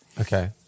Okay